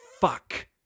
fuck